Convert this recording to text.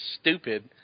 stupid